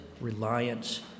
reliance